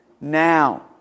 now